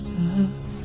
love